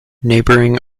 neighbouring